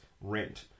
rent